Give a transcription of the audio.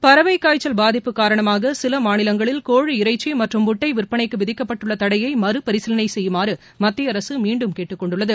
பறவைக்காய்ச்சல் பாதிப்பு காரணமாக சில மாநிலங்களில் கோழி இறைச்சி மற்றும் முட்டை விற்பனைக்கு விதிக்கப்பட்டுள்ள தடையை மறு பரிசீலனை செய்யுமாறு மத்திய அரசு மீண்டும் கேட்டுக்கொண்டுள்ளது